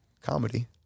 comedy